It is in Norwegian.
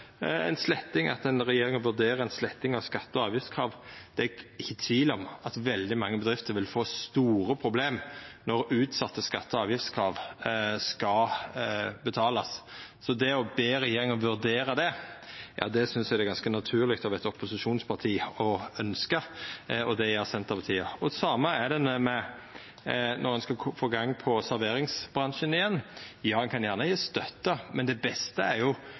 sletting, at denne regjeringa vurderer ei sletting av skatte- og avgiftskrav. Eg er ikkje i tvil om at veldig mange bedrifter vil få store problem når utsette skatte- og avgiftskrav skal betalast, så det å be regjeringa vurdera det, synest eg det er ganske naturleg av eit opposisjonsparti å ønskja, og det gjer Senterpartiet. Det same gjeld når ein skal få i gang serveringsbransjen igjen. Ja, ein kan gjerne gje støtte, men det beste er jo